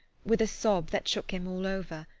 with a sob that shook him all over,